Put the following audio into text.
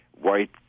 white